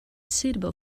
suitable